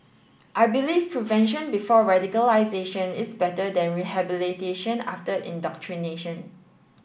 I believe prevention before radicalisation is better than rehabilitation after indoctrination